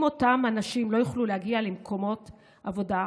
אם אותם אנשים לא יוכלו להגיע למקומות העבודה,